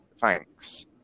thanks